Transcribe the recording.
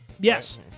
Yes